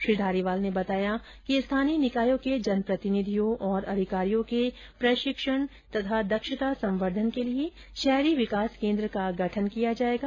श्री धारीवाल ने बताया कि स्थानीय निकायों के जनप्रतिनिधियों और अधिकारियों के प्रशिक्षण तथा दक्षता संवर्धन के लिए शहरी विकास केन्द्र का गठन किया जाएगा